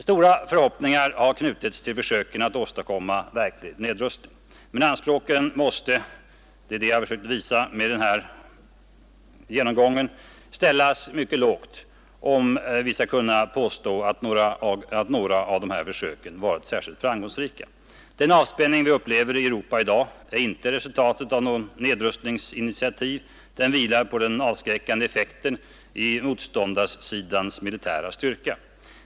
Stora förhoppningar har knutits till försöken att åstadkomma verklig nedrustning, men anspråken måste ställas mycket lågt om vi skall kunna påstå att några av försöken varit särskilt framgångsrika. Den avspänning vi upplever i Europa i dag är inte resultatet av några nedrustningsinitiativ, den vilar på den avskräckande effekten i motsidans militära styrka.